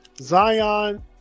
Zion